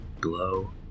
Glow